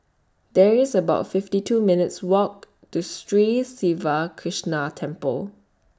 There IS about fifty two minutes' Walk to Sri Siva Krishna Temple